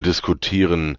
diskutieren